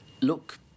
look